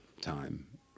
time